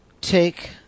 take